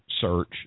Search